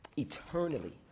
Eternally